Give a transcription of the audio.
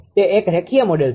તે એક રેખીય મોડેલ છે